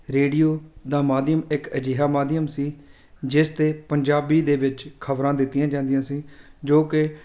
radio ਦਾ ਮਾਧਿਅਮ ਇੱਕ ਅਜਿਹਾ ਮਾਧਿਅਮ ਸੀ ਜਿਸ 'ਤੇ ਪੰਜਾਬੀ ਦੇ ਵਿੱਚ ਖਬਰਾਂ ਦਿੱਤੀਆਂ ਜਾਂਦੀਆਂ ਸੀ ਜੋ ਕਿ